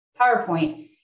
PowerPoint